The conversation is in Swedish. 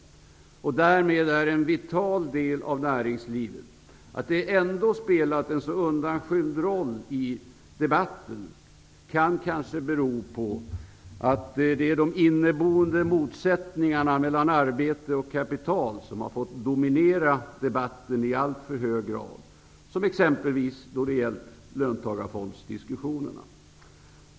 Därmed är den en vital del av näringslivet. Att den ändå spelat en så undanskymd roll i debatten kan kanske bero på att det är de inneboende motsättningarna mellan arbete och kapital som har fått dominera debatten i allt för hög grad. Det gäller t.ex. löntagarfondsdiskussionerna.